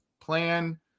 plan